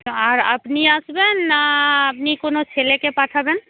আর আপনি আসবেন না আপনি কোনো ছেলেকে পাঠাবেন